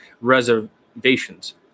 reservations